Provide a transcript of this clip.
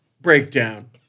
Breakdown